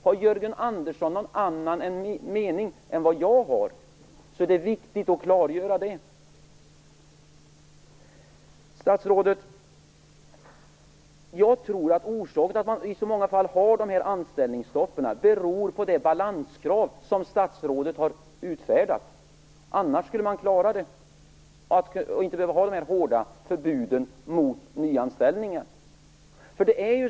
Har Jörgen Andersson någon annan mening än vad jag har är det viktigt att klargöra det. Jag tror att orsaken till att kommunerna i så många fall har anställningsstopp är det balanskrav som statsrådet har utfärdat, statsrådet. Annars hade man klarat det och inte behövt ha de hårda förbuden mot nyanställnigar.